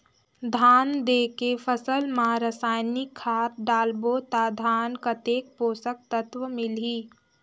धान देंके फसल मा रसायनिक खाद डालबो ता धान कतेक पोषक तत्व मिलही?